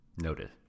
Noted